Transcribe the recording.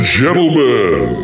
gentlemen